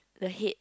the head